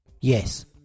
Yes